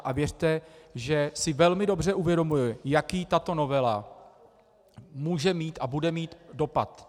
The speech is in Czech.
A věřte, že si velmi dobře uvědomuji, jaký tato novela může mít a bude mít dopad.